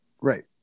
Right